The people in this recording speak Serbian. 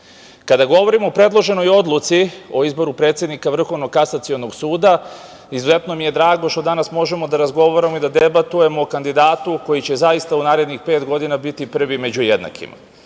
govorimo o predloženoj odluci o izboru predsednika Vrhovnog kasacionog suda, izuzetno mi je drago što danas možemo da razgovaramo i da debatujemo o kandidatu koji će zaista u narednih pet godina biti prvi među jednakima. Na